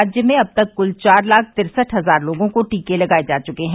राज्य में अब तक क्ल चार लाख तिरसठ हजार लोगों को टीके लगाये जा चुके हैं